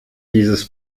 dieses